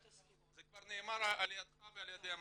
זה כבר נאמר על ידך ועל ידי המנכ"ל.